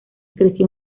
creció